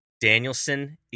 Danielson